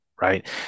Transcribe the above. right